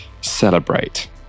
celebrate